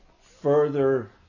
further